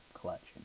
collection